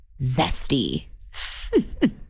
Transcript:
zesty